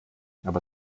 aber